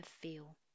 feel